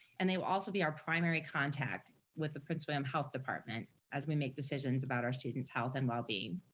and they will also be our primary contact with the prince william health department, as we make decisions about our students health and well being.